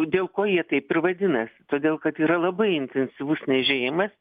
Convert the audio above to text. dėl ko jie taip ir vadinasi todėl kad yra labai intensyvus niežėjimas